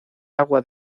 agua